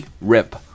RIP